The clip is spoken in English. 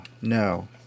no